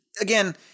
again